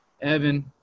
Evan